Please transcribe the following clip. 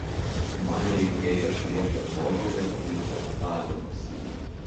man reikėjo šviežio požiūrio į fechtavimąsi